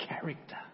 character